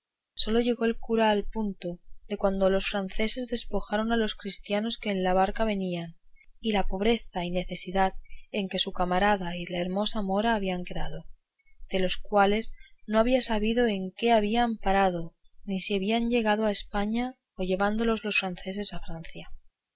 sólo llegó el cura al punto de cuando los franceses despojaron a los cristianos que en la barca venían y la pobreza y necesidad en que su camarada y la hermosa mora habían quedado de los cuales no había sabido en qué habían parado ni si habían llegado a españa o llevádolos los franceses a francia